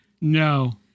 no